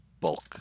bulk